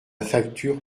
facture